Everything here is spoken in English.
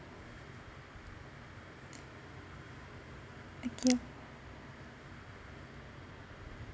okay oh